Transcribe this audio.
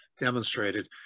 demonstrated